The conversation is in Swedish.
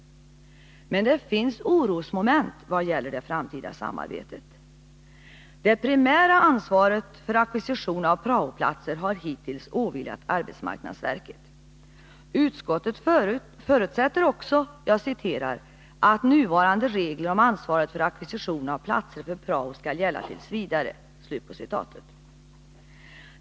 Men det finns orosmoment vad gäller det framtida samarbetet. Det primära ansvaret för ackvisition av prao-platser har hittills åvilat arbetsmarknadsverket. Utskottet förutsätter också ”att nuvarande regler om ansvaret för ackvisition av platser för prao skall gälla t. v.”.